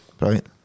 Right